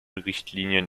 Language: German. richtlinien